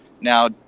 now